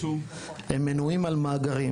הם מנויים על מאגרים.